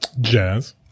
Jazz